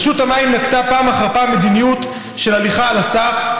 רשות המים נקטה פעם אחר פעם מדיניות של 'הליכה על הסף',